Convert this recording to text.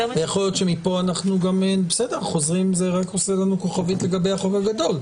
רק עושה לנו כוכבית לגבי החוק הגדול.